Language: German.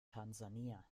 tansania